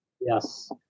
Yes